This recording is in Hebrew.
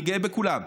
אני גאה בכולן,